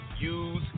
use